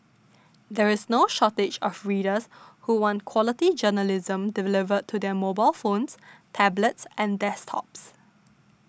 there is no shortage of readers who want quality journalism delivered to their mobile phones tablets and desktops